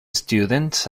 students